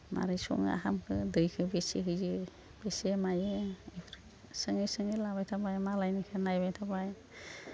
माबोरै सङो ओंखामखो दैखौ बेसे होयो बेसे मायो सोङै सोङै लाबाय थाबाय मालायनिखौ नायबाय थाबाय